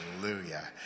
Hallelujah